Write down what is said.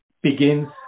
begins